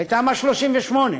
ותמ"א 38,